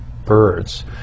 birds